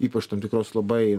ypač tam tikros labai